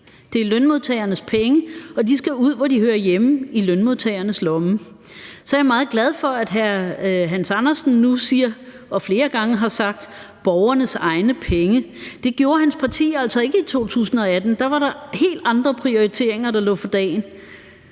Det er lønmodtagernes penge, og de skal ud, hvor de hører hjemme: i lønmodtagernes lomme. Så jeg er meget glad for, at hr. Hans Andersen nu siger – og flere gange har sagt – »borgernes egne penge«. Det gjorde hans parti altså ikke i 2018. Der var der helt andre prioriteringer, der lå for dagen,